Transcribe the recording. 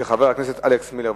של חבר הכנסת אלכס מילר.